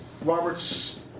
Roberts